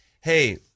hey